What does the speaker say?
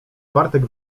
bartek